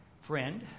Friend